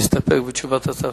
להסתפק בתשובת השר.